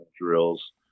drills